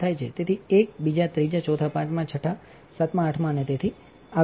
તેથી તે એક બીજા ત્રીજા ચોથા પાંચમા છઠ્ઠા સાતમા આઠમા અને તેથી આગળ છે